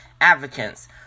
advocates